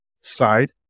side